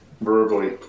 verbally